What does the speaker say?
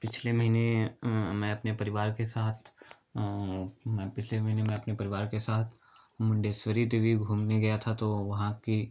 पिछले महीने मैं अपने परिवार के साथ मैं पिछले महीने मैं अपने परिवार के साथ मुडेश्वरी देवी घूमने गया था तो वहाँ की